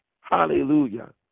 hallelujah